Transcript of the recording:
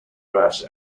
rash